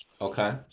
Okay